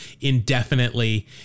indefinitely